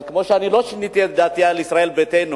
אבל כמו שאני לא שיניתי את דעתי על ישראל ביתנו,